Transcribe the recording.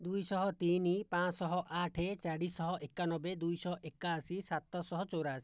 ଦୁଇ ଶହ ତିନି ପାଞ୍ଚଶହ ଆଠ ଚାରିଶହ ଏକାନବେ ଦୁଇଶହ ଏକାଅଶି ସାତଶହ ଚଉରାଶି